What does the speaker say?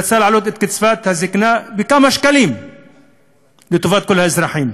היא רצתה להעלות את קצבת הזיקנה בכמה שקלים לטובת כל האזרחים.